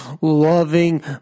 loving